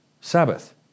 Sabbath